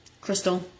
Crystal